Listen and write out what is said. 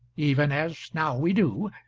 even as now we do,